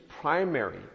primary